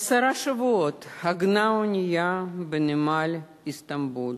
עשרה שבועות עגנה האונייה בנמל איסטנבול